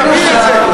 תביא את זה.